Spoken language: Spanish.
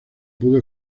pudo